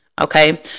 okay